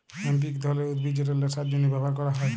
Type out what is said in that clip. hemp ইক ধরলের উদ্ভিদ যেট ল্যাশার জ্যনহে ব্যাভার ক্যরা হ্যয়